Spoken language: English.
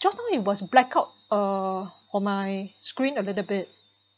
just now it was blackout uh or my screen a little bit